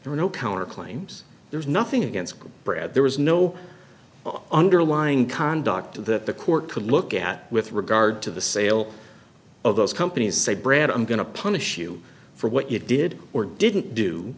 there were no counterclaims there's nothing against brad there was no underlying conduct that the court could look at with regard to the sale of those companies say brad i'm going to punish you for what you did or didn't do